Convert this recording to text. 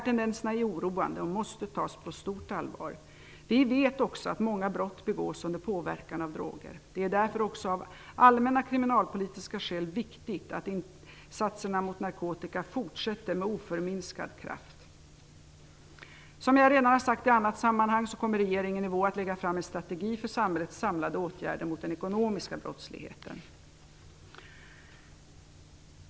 Tendenserna är oroande och måste tas på stort allvar. Vi vet också att många brott begås under påverkan av droger. Därför är det också av allmänna kriminalpolitiska skäl viktigt att insatserna mot narkotika fortsätter med oförminskad kraft. Som jag redan har sagt i annat sammanhang kommer regeringen i vår att lägga fram en strategi för samhällets samlade åtgärder mot den ekonomiska brottsligheten.